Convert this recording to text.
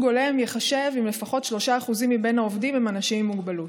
הולם ייחשב אם לפחות 3% מן העובדים הם אנשים עם מוגבלות.